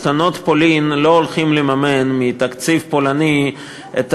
שלטונות פולין לא הולכים לממן מתקציב פולני את